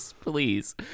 Please